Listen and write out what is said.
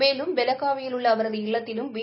மேலும் பெலகாவியில் உள்ள அவரது இல்லத்திலும் பி